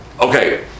Okay